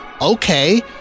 okay